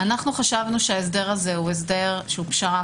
חשבנו שההסדר הזה הוא פשרה,